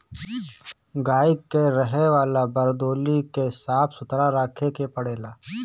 गाई के रहे वाला वरदौली के साफ़ सुथरा रखे के पड़ेला